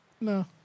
no